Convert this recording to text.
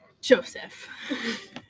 Joseph